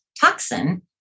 toxin